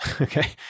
Okay